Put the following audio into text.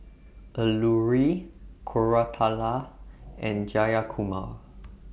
Alluri Koratala and Jayakumar